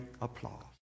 applause